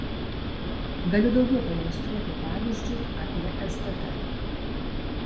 galiu daugiau pailiustruoti pavyzdžiu apie stt